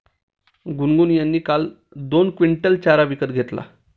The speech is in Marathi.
गुनगुन यांनी काल दोन क्विंटल चारा विकत घेतला